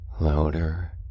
louder